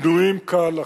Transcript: בנויים כהלכה.